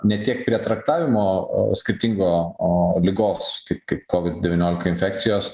ne tiek prie traktavimo skirtingo o ligos kaip kaip kovid devyniolika infekcijos